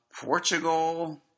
Portugal